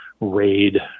raid